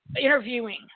interviewing